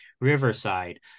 Riverside